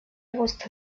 agosto